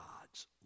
God's